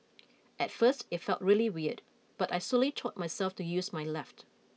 at first it felt really weird but I slowly taught myself to use my left